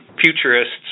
futurists